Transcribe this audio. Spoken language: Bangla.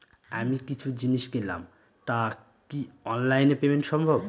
আমি কিছু জিনিস কিনলাম টা কি অনলাইন এ পেমেন্ট সম্বভ?